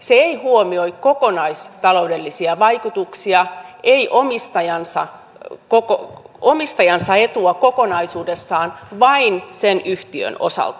se ei huomioi kokonaistaloudellisia vaikutuksia ei omistajansa etua kokonaisuudessaan vain sen yhtiön osalta